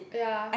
yeah